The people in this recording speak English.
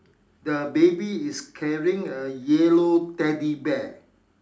the baby is carrying a yellow Teddy bear